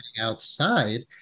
outside